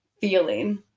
feeling